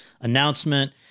announcement